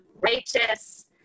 righteous